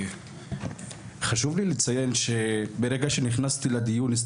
חשוב לי לציין שברגע שנכנסתי לדיון,